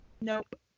Nope